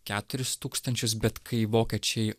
keturis tūkstančius bet kai vokiečiai